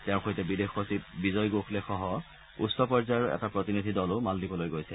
তেওঁৰ সৈতে বিদেশ সচিব বিজয় গোখলেসহ উচ্চ পৰ্যায়ৰ এটা প্ৰতিনিধি দলো মালদ্বীপলৈ গৈছে